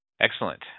Excellent